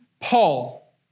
Paul